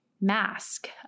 mask